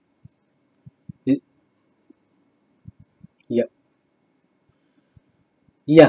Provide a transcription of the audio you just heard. it yup ya